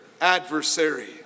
adversary